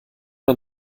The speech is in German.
man